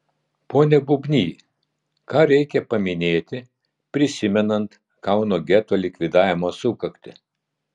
pone bubny ką reikia paminėti prisimenant kauno geto likvidavimo sukaktį